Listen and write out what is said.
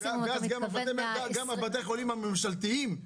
ואז גם בתי החולים הממשלתיים,